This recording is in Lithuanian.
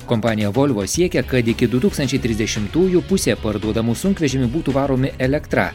kompanija volvo siekia kad iki du tūkstančiai trisdešimtųjų pusė parduodamų sunkvežimių būtų varomi elektra